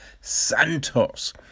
Santos